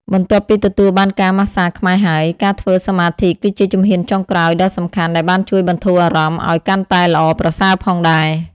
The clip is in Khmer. បន្ទាប់ពីទទួលបានការម៉ាស្សាខ្មែរហើយ ការធ្វើសមាធិគឺជាជំហានចុងក្រោយដ៏សំខាន់ដែលបានជួយបន្ធូរអារម្មណ៍ឱ្យកាន់តែល្អប្រសើរផងដែរ។